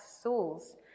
souls